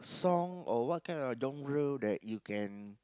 song or what kind of genre that you can